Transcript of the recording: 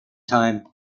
time